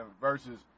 Versus